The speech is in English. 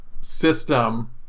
system